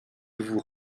vous